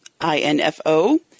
I-N-F-O